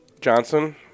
Johnson